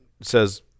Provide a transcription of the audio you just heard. says